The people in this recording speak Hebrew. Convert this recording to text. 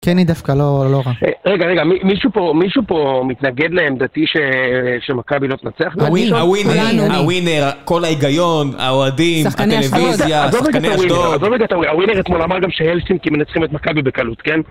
כן היא דווקא לא לא רע, רגע רגע מישהו פה מישהו פה מתנגד לעמדתי שמקאבי לא תנצח, הווינר הכל ההיגיון, ההועדים, הטלוויזיה, שחקני השתוד, הווינר זה כמו למה גם שהאלסטים מנצחים את מקאבי בקלות כן.